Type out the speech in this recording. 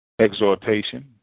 exhortation